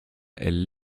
elles